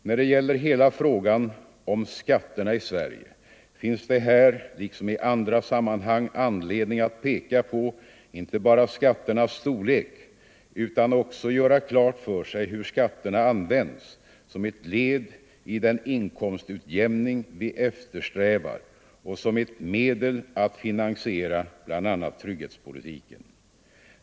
När det gäller hela frågan om skatterna i Sverige finns det här liksom i andra sammanhang anledning att peka på inte bara skatternas storlek utan att också göra klart för sig hur skatterna används som ett led i den inkomstutjämning vi eftersträvar och som ett medel att finansiera bl.a. trygghetspolitiken.